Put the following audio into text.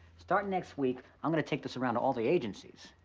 startin' next week, i'm gonna take this around to all the agencies,